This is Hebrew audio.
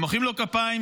הם מוחאים לו כפיים,